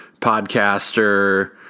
podcaster